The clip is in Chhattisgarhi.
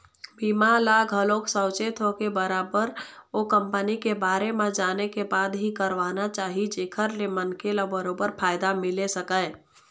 बीमा ल घलोक बने साउचेत होके बरोबर ओ कंपनी के बारे म जाने के बाद ही करवाना चाही जेखर ले मनखे ल बरोबर फायदा मिले सकय